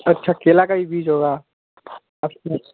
اچھا کیلا کا بھی بیج ہوگا